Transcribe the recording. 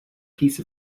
piece